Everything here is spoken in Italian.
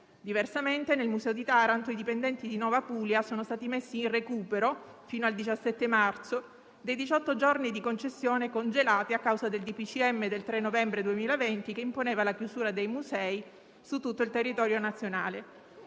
Diversamente, nel Museo di Taranto i dipendenti di Nova Apulia sono stati messi in recupero, fino al 17 marzo, dei diciotto giorni di concessione congelati a causa del DPCM del 3 novembre 2020, che imponeva la chiusura dei musei su tutto il territorio nazionale.